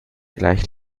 gleich